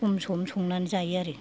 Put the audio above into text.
सम सम संनानै जायो आरो